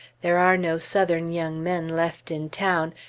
there are no southern young men left in town,